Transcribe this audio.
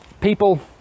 people